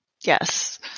Yes